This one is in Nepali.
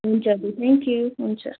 हुन्छ दिदी थ्याङ्क यू हुन्छ